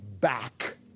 back